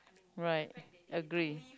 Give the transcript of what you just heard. right agree